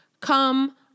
Come